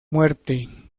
muerte